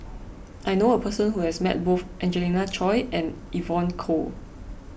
I knew a person who has met both Angelina Choy and Evon Kow